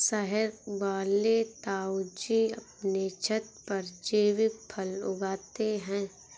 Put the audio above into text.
शहर वाले ताऊजी अपने छत पर जैविक फल उगाते हैं